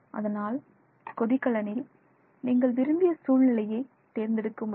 அதனால் கொதிகலனில் நீங்கள் விரும்பிய சூழ்நிலையை தேர்ந்தெடுக்க முடியும்